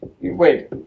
Wait